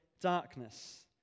darkness